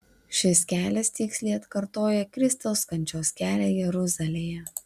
šis kelias tiksliai atkartoja kristaus kančios kelią jeruzalėje